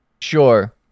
Sure